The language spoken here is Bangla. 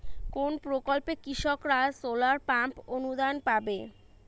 কোন প্রকল্পে কৃষকরা সোলার পাম্প অনুদান পাবে?